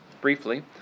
briefly